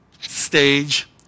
Stage